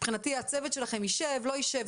מבחינתי הצוות שלכם ישב או לא ישב,